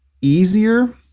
easier